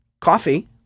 coffee